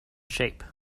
shape